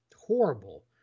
horrible